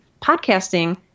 podcasting